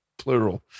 Plural